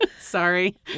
Sorry